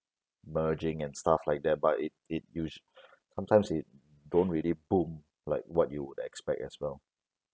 merging and stuff like that but it it us~ sometimes it don't really boom like what you'd expect as well